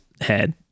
head